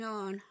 on